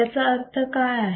याचा अर्थ काय आहे